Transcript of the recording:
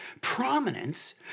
prominence